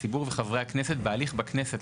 הציבור וחברי הכנסת בהליך בכנסת,